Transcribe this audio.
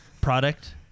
product